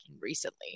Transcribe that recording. recently